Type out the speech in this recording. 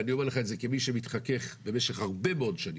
ואני אומר לך את זה כמי שמתחכך עם שוטרים יום-יום במשך הרבה מאוד שנים,